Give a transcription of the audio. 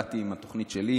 באתי עם התוכנית שלי,